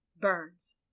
Burns